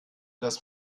das